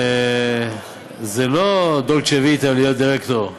וזה לא דולצ'ה ויטה להיות דירקטור.